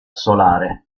solare